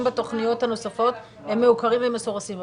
בתכניות הנוספות מעוקרים ומסורסים,